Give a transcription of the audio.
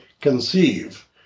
conceive